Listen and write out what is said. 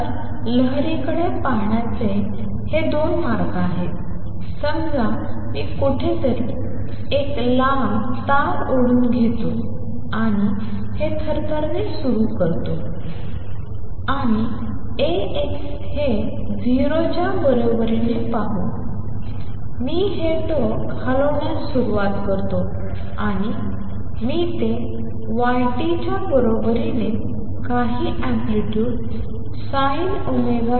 तर लहरी कडे पाहण्याचे हे 2 मार्ग आहेत समजा मी कुठेतरी एक लांब तार ओढून घेतो आणि हे थरथरणे सुरू करतो आणि A x हे 0 च्या बरोबरीने पाहू आणि मी हे टोक हलवण्यास सुरवात करतो आणि मी ते y t च्या बरोबरीने काही अँप्लितुड sin ωt